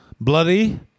Bloody